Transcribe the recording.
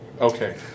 Okay